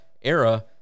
era